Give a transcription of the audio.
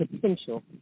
potential